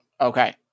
okay